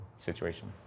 situation